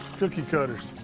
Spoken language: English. cookie-cutters.